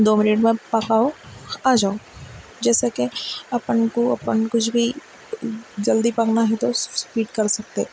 دو minute بعد پکاؤ آ جاؤ جیسا کہ اپن کو اپن کچھ بھی جلدی پکنا ہے تو اسپیڈ کر سکتے ہو